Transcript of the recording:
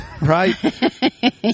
right